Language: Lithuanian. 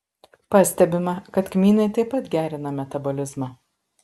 pastebima kad kmynai taip pat gerina metabolizmą